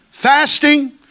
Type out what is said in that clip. fasting